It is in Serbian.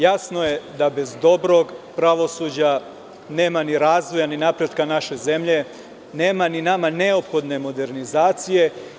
Jasno je da bez dobrog pravosuđa nema ni razvoja ni napretka naše zemlje, nema ni nama neophodne modernizacije.